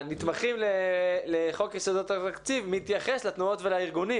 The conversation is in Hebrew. הנתמכים לפי חוק יסודות התקציב מתייחס לתנועות ולארגונים